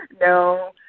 no